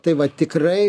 tai va tikrai